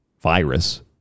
virus